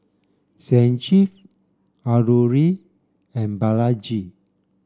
Sanjeev Alluri and Balaji